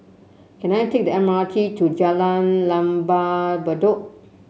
can I take the M R T to Jalan Lembah Bedok